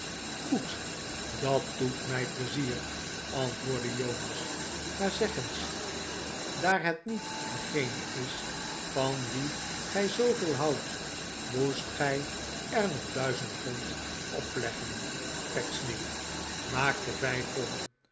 goed dat doet mij pleizier antwoordde jonas maar zeg eens daar het niet degene is van wie gij zooveel houdt moest gij er nog duizend pond opleggen pecksniff maak de vijf